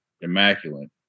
immaculate